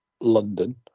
london